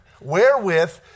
wherewith